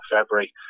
February